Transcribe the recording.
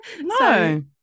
No